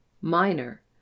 Minor